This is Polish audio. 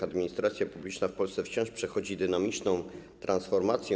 Administracja publiczna w Polsce wciąż przechodzi dynamiczną transformację.